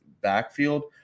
backfield